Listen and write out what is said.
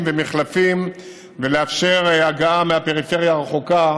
ומחלפים ולאפשר הגעה מהפריפריה הרחוקה,